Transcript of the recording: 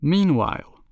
Meanwhile